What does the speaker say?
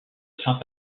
saint